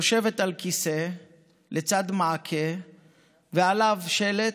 יושבת על כיסא לצד מעקה ועליו שלט: